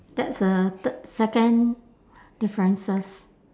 that's a third second differences